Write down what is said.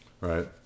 Right